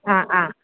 ആ ആ